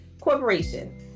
Corporation